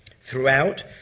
Throughout